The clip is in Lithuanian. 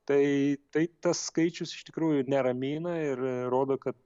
tai tai tas skaičius iš tikrųjų neramina ir rodo kad